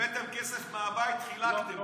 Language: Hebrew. הבאתם כסף מהבית, חילקתם.